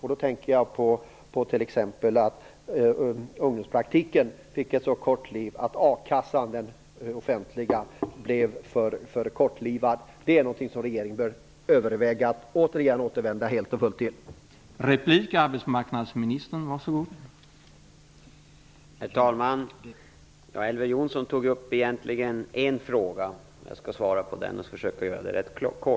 Jag tänker t.ex. på att ungdomspraktiken fick ett så kort liv och att den offentliga akassan blev för kortlivad. Regeringen bör överväga att återigen återvända helt och fullt till detta.